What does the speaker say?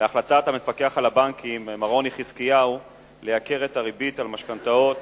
להחלטת המפקח על הבנקים מר רוני חזקיהו להעלות את הריבית על משכנתאות